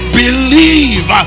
believe